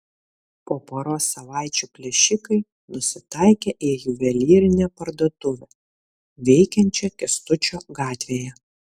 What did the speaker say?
po poros savaičių plėšikai nusitaikė į juvelyrinę parduotuvę veikiančią kęstučio gatvėje